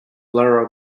laura